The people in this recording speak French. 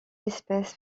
espèce